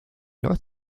north